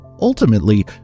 Ultimately